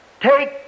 take